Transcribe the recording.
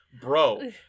bro